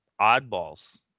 oddballs